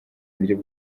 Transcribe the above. buryo